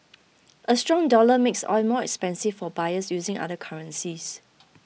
a strong dollar makes oil more expensive for buyers using other currencies